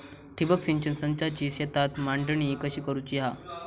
ठिबक सिंचन संचाची शेतात मांडणी कशी करुची हा?